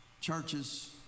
churches